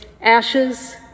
ashes